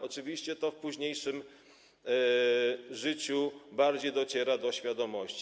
Oczywiście to w późniejszym życiu bardziej dociera do świadomości.